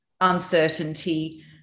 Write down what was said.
uncertainty